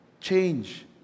Change